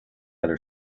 other